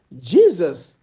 Jesus